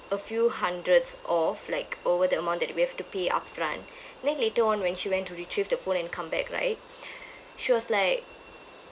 a few hundreds off like over the amount that we have to pay upfront then later on when she went to retrieve the phone and come back right she was like